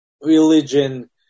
Religion